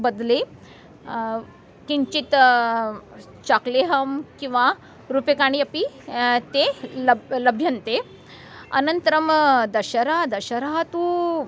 बदले किञ्चित् चाकलेहाः किं रूप्यकाणि अपि ते लब् लभ्यन्ते अनन्तरं दशरा दशरा तु